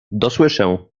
dosłyszę